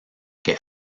que